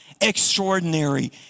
extraordinary